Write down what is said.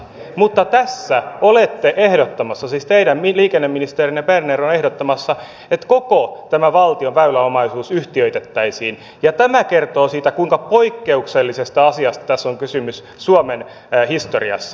mutta tässä olette ehdottamassa siis teidän liikenneministerinne berner on ehdottamassa että koko tämä valtion väyläomaisuus yhtiöitettäisiin ja tämä kertoo siitä kuinka poikkeuksellisesta asiasta tässä on kysymys suomen historiassa